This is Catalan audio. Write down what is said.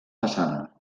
façana